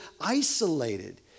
isolated